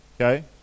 Okay